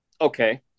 Okay